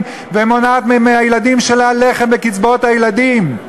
ומונעת מהילדים שלה לחם בקיצוץ קצבאות הילדים,